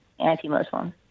anti-Muslim